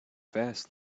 fast